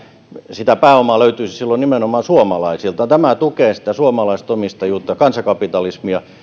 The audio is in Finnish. sitä pääomaa löytyisi silloin nimenomaan suomalaisilta tukee sitä suomalaista omistajuutta kansankapitalismia